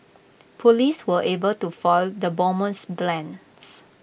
Police were able to foil the bomber's plans